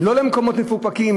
לא למקומות מפוקפקים,